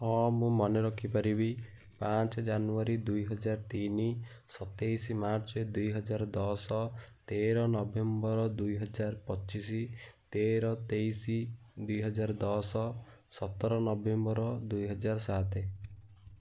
ହଁ ମୁଁ ମନେ ରଖିପାରିବି ପାଞ୍ଚ ଜାନୁଆରୀ ଦୁଇ ହଜାର ତିନି ସତେଇଶ ମାର୍ଚ୍ଚ ଦୁଇ ହଜାର ଦଶ ତେର ନଭେମ୍ବର ଦୁଇ ହଜାର ପଚିଶ ତେର ତେଇଶ ଦୁଇ ହଜାର ଦଶ ସତର ନଭେମ୍ବର ଦୁଇ ହଜାର ସାତ